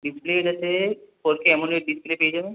display আছে four K display পেয়ে যাবেন